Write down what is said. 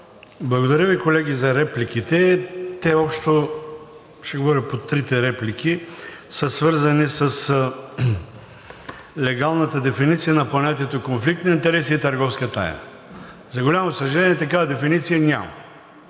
Ще говоря по трите реплики. Те общо са свързани с легалната дефиниция на понятията „конфликт на интереси“ и „търговска тайна“. За голямо съжаление такава дефиниция няма.